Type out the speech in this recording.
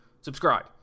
Subscribe